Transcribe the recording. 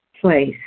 place